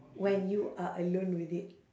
when you are alone with it